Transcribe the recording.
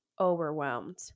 overwhelmed